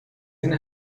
این